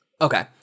okay